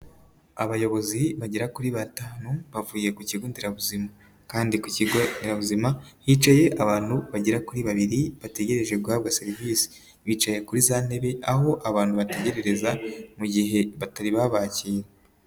Abayobozi bagera kuri batanu bavuye ku kigo nderabuzima, kandi ku kigo nderabuzima hicaye abantu bagera kuri babiri bategereje guhabwa serivisi, bicaye kuri za ntebe aho abantu bategererereza mu gihe batari babakira.